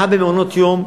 אחד ממעונות-היום,